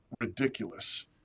ridiculous